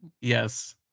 Yes